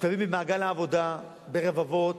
משתלבים במעגל העבודה ברבבות,